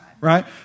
right